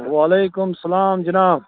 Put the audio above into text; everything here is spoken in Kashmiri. وعلیکُم اسلام جناب